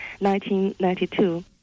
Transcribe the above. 1992